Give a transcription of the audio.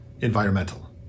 environmental